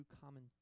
common